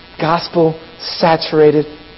Gospel-saturated